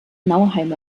nauheim